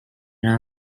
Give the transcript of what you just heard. now